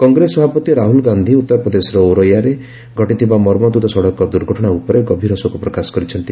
କଂଗ୍ରେସ ସଭାପତି ରାହୁଲ ଗାନ୍ଧି ଉତ୍ତରପ୍ରଦେଶର ଔରଇୟା ଘଟିଥିବା ମର୍ମନ୍ତୁଦ ସଡ଼କ ଦୂର୍ଘଟଣା ଉପରେ ଗଭୀର ଶୋକ ପ୍ରକାଶ କରିଛନ୍ତି